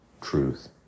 truth